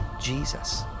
Jesus